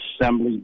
Assembly